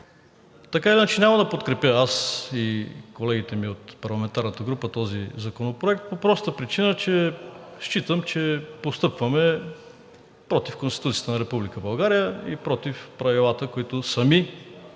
така или иначе, няма да подкрепя, аз и колегите ми от парламентарната група, този законопроект по простата причина, че считам, че постъпваме против Конституцията на Република България и против правилата, които сами